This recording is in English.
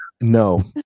No